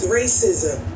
racism